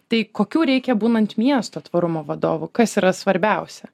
tai kokių reikia būnant miesto tvarumo vadovu kas yra svarbiausia